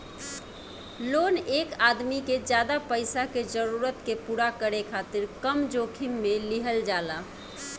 loan एक आदमी के ज्यादा पईसा के जरूरत के पूरा करे खातिर कम जोखिम में लिहल जाला